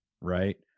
right